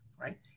Right